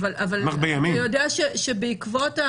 אבל אתה יודע שבעקבות,